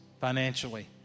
financially